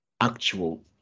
actual